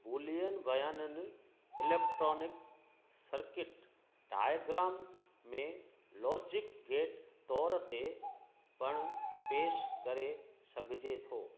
Boolean वयाननि electronic circuit diagrams में logic gate तौर ते पण पेश करे सघिजे थो